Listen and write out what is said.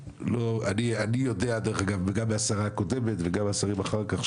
אני יודע דרך אגב וגם מהשרה הקודמת וגם משרים אחר כך,